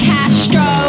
Castro